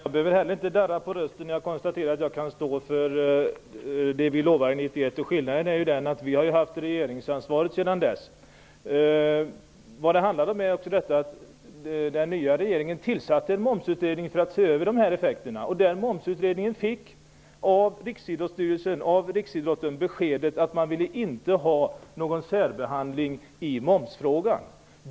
Herr talman! Jag behöver inte heller darra på rösten när jag konstaterar att jag kan stå för det vi lovade 1991. Skillnaden är den att vi har haft regeringsansvaret sedan dess. Den nya regeringen tillsatte en momsutredning för att se över effekterna. Den momsutredningen fick av riksidrottsstyrelsen beskedet att man inte ville ha någon särbehandling i momsfrågan.